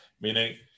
Meaning